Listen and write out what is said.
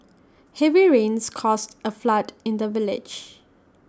heavy rains caused A flood in the village